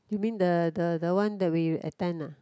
you mean the the the one that we attend ah